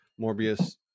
morbius